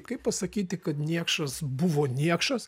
kaip pasakyti kad niekšas buvo niekšas